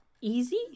Easy